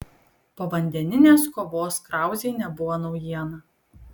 povandeninės kovos krauzei nebuvo naujiena